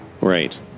Right